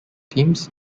teams